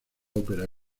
ópera